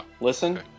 listen